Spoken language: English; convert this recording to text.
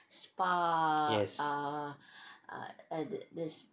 yes